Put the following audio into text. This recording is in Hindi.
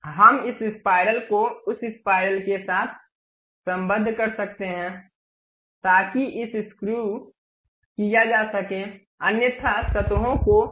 हम इस स्पाइरल को उस स्पाइरल के साथ सम्बद्ध कर सकते हैं ताकि इसे स्क्रू किया जा सके अन्यथा सतहों को भी हम इसे सम्भाल सकते हैं